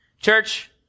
Church